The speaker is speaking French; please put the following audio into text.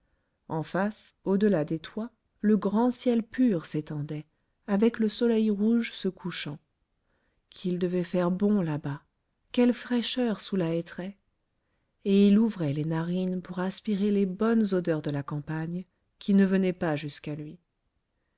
en face au-delà des toits le grand ciel pur s'étendait avec le soleil rouge se couchant qu'il devait faire bon là-bas quelle fraîcheur sous la hêtraie et il ouvrait les narines pour aspirer les bonnes odeurs de la campagne qui ne venaient pas jusqu'à lui